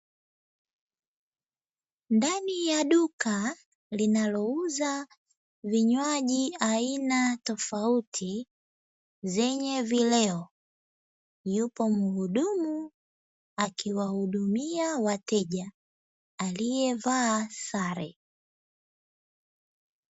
Ndani ya duka linalouza vinywaji aina fotauti, zenye vileo yupo muhudumu akiwahudumia wateja aliyevaa sare.